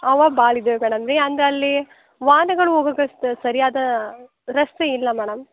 ಅವೇ ಭಾಳ ಇದವ್ ಮೇಡಮ್ ರೀ ಅಂದ್ರೆ ಅಲ್ಲಿ ವಾಹನಗಳು ಹೋಗಕ್ ಅಷ್ಟು ಸರಿಯಾದ ರಸ್ತೆ ಇಲ್ಲ ಮೇಡಮ್